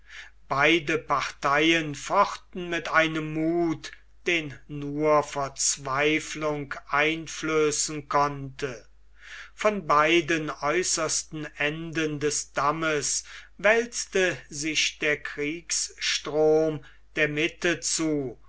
beide parteien fochten mit einem muth den nur verzweiflung einflößen konnte von beiden äußersten enden des dammes wälzte sich der kriegsstrom der mitte zu